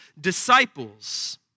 disciples